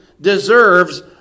deserves